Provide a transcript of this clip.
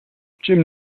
jim